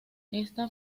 esta